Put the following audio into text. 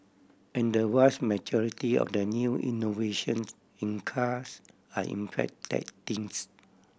and the vast majority of the new innovations in cars are in fact tech things